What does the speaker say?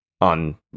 on